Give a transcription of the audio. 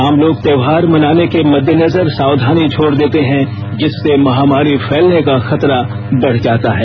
आमलोग त्योहार मनाने के मदेदेनजर सावधानी छोड़ देते हैं जिससे महामारी फैलने का खतरा बढ़ जाता है